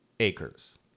acres